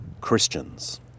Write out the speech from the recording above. Christians